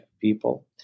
people